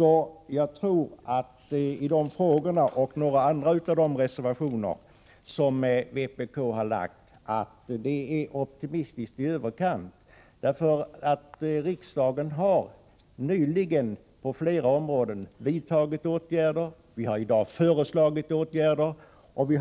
I de frågorna och beträffande några andra av de reservationer som vpk har lagt fram tror jag att man är optimistisk i överkant. Riksdagen har nyligen på flera områden vidtagit åtgärder, vi har i dag föreslagit åtgärder, och